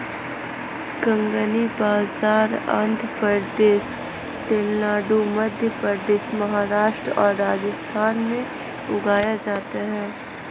कंगनी बाजरा आंध्र प्रदेश, तेलंगाना, मध्य प्रदेश, महाराष्ट्र और राजस्थान में उगाया जाता है